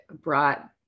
brought